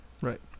Right